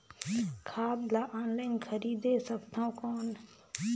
खाद ला ऑनलाइन खरीदे सकथव कौन?